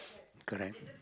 correct